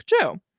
Joe